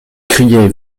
criait